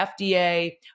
FDA